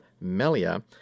Melia